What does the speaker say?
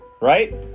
Right